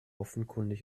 offenkundig